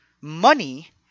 money